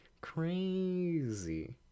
Crazy